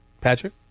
Patrick